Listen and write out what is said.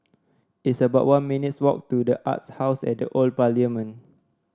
it's about one minutes' walk to the Arts House at The Old Parliament